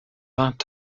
vingt